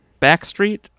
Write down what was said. Backstreet